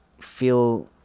feel